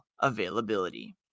availability